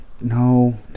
No